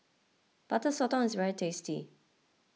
Butter Sotong is very tasty